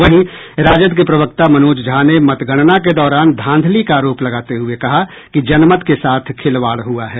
वहीं राजद के प्रवक्ता मनोज झा ने मतगणना के दौरान धांधली का आरोप लगाते हुये कहा कि जनमत के साथ खिलवाड़ हुआ है